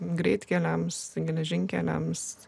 greitkeliams geležinkeliams